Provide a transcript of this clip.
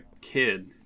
kid